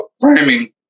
framing